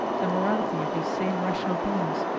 the morality of these same rational beings,